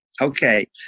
Okay